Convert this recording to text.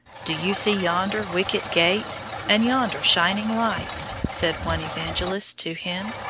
do you see yonder wicket-gate and yonder shining light? said one, evangelist, to him.